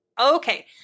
okay